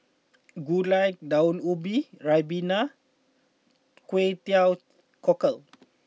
Gulai Daun Ubi Ribena Kway Teow Cockles